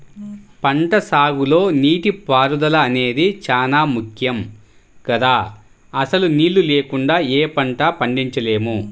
పంటసాగులో నీటిపారుదల అనేది చానా ముక్కెం గదా, అసలు నీళ్ళు లేకుండా యే పంటా పండించలేము